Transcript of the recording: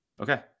okay